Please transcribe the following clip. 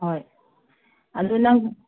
ꯍꯣꯏ ꯑꯗꯨ ꯅꯪ